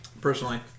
personally